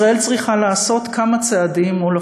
ישראל צריכה לעשות כמה צעדים מול